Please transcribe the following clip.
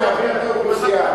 ונעביר את האוכלוסייה.